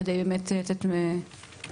כדי באמת לתת תשובות.